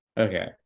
Okay